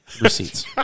Receipts